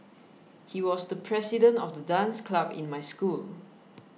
he was the president of the dance club in my school